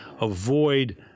avoid